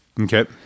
okay